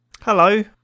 Hello